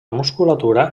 musculatura